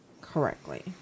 correctly